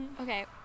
Okay